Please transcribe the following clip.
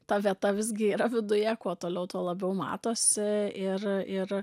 ta vieta visgi yra viduje kuo toliau tuo labiau matosi ir ir